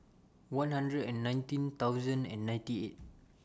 one hundred and nineteen thousand and ninety eight